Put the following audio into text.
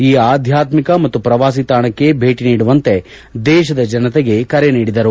ಈ ಆಧ್ಯಾತ್ಮಿಕ ಮತ್ತು ಪ್ರವಾಸಿ ತಾಣಕ್ಕೆ ಭೇಟಿ ನೀಡುವಂತೆ ದೇಶದ ಜನತೆಗೆ ಕರೆ ನೀಡಿದರು